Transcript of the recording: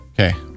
Okay